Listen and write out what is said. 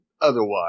otherwise